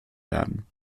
werden